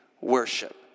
worship